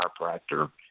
chiropractor